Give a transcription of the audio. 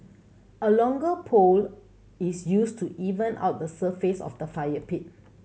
a longer pole is used to even out the surface of the fire pit